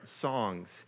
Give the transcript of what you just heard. songs